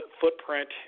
footprint